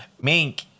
Mink